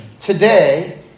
Today